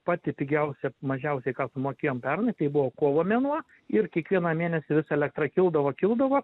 pati pigiausia mažiausiai ką sumokėjom pernai tai buvo kovo mėnuo ir kiekvieną mėnesį vis elektra kildavo kildavo